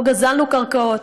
לא גזלנו קרקעות.